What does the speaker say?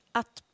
att